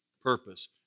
purpose